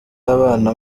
abana